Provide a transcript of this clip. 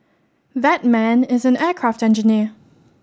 that man is an aircraft engineer